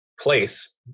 place